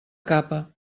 capa